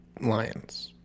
Lions